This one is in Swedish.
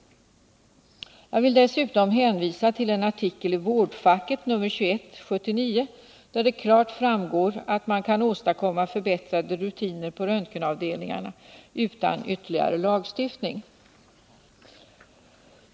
Jag vill dessutom hänvisa till en artikel i Vårdfacket nr 21 1979, där det klart framgår att man kan åstadkomma förbättrade rutiner på röntgenavdelningarna utan ytterligare lagstiftning.